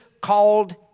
called